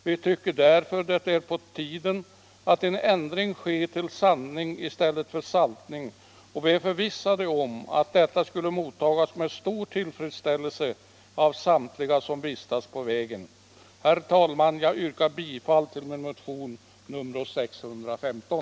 Vi tycker därför att det är på tiden att en ändring sker till sandning i stället för saltning och vi är förvissade om att detta skulle mottagas med stor tillfredsställelse av samtliga som vistas på vägen.” Herr talman! Jag yrkar bifall till min motion nr 615.